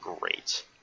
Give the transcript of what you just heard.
great